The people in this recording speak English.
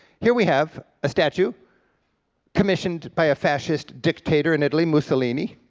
here we have a statue commissioned by a fascist dictator in italy, mussolini,